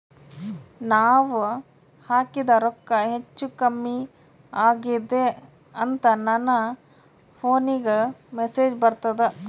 ನಾವ ಹಾಕಿದ ರೊಕ್ಕ ಹೆಚ್ಚು, ಕಮ್ಮಿ ಆಗೆದ ಅಂತ ನನ ಫೋನಿಗ ಮೆಸೇಜ್ ಬರ್ತದ?